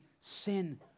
sin